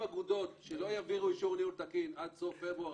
אגודות שלא יעבירו אישור ניהול תקין עד סוף פברואר